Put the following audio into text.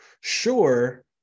Sure